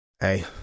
Hey